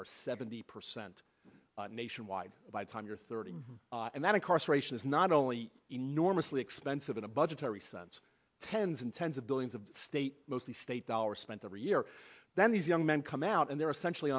or seventy percent nationwide by the time you're thirty and that incarceration is not only enormously expensive in a budgetary sense tens and tens of billions of state mostly state dollars spent every year then these young men come out and they're essentially